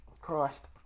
Christ